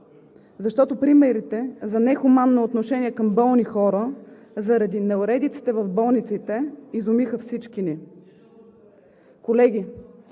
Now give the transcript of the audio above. Защото примерите за нехуманно отношение към болни хора заради неуредиците в болниците изумиха всички ни. (Силен